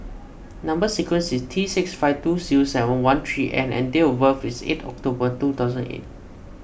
Number Sequence is T six five two zero seven one three N and date of birth is eight October two thousand and eight